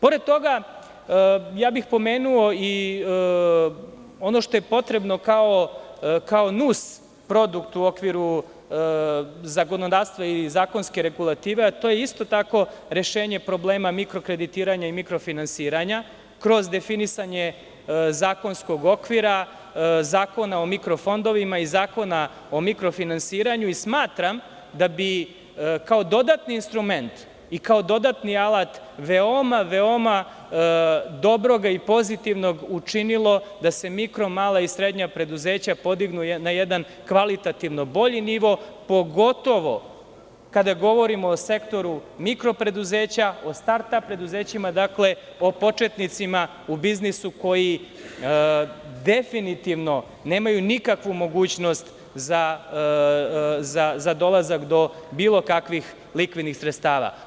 Pored toga, pomenuo bih i ono što je potrebno kao nus produkt u okviru zakonodavstva i zakonske regulative, a to je isto tako rešenje problema mikrokreditiranja i mikrofinansiranja kroz definisanje zakonskog okvira, Zakona o mikrofondovima i Zakona o mikrofinansiranju i smatram da bi, kao dodatni instrument i kao dodatni alat, veoma dobrog i pozitivnog učinilo da se mikro, mala i srednja preduzeća podignu na jedan kvalitativno bolji nivo, pogotovo kada govorimo o sektoru mikro preduzeća, o start-ap preduzećima, o početnicima u biznisu, koji definitivno nemaju nikakvu mogućnost za dolazak do bilo kakvih likvidnih sredstava.